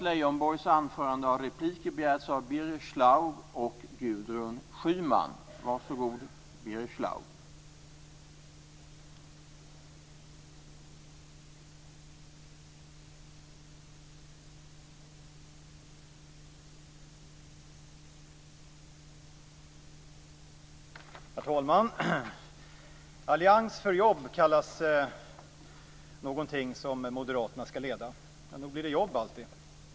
Herr talman! Allians för jobb kallas någonting som Moderaterna skall leda. Ja, nog blir det jobb alltid.